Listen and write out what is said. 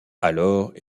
alors